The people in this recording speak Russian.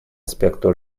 аспекту